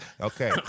Okay